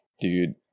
Dude